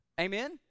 amen